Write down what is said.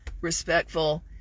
respectful